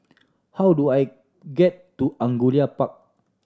how do I get to Angullia Park